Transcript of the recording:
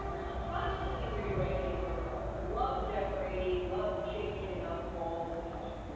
constantly rearranging her room. loved decorating. loved changing it up all the time.